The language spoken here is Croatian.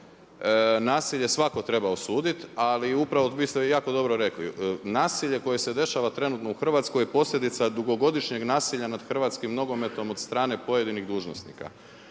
nasilje svako treba osuditi, ali upravo vi ste jako dobro rekli. Nasilje koje se dešava trenutno u Hrvatskoj je posljedica dugogodišnjeg nasilja nad hrvatskim nogometom od strane pojedinih dužnosnika